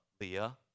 Leah